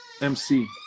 MC